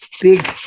big